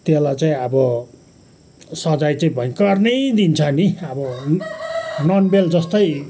त्यसलाई चाहिँ अब सजाय चाहिँ भयङ्कर नै दिन्छ नि अब नन बेल जस्तै